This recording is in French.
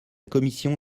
commission